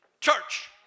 church